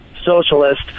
Socialist